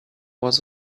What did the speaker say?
was